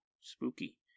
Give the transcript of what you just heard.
Spooky